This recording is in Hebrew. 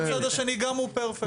שהצד השני גם הוא פרפקט.